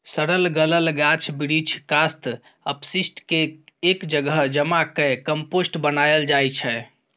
सरल गलल गाछ बिरीछ, कासत, अपशिष्ट केँ एक जगह जमा कए कंपोस्ट बनाएल जाइ छै